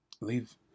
leave